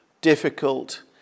difficult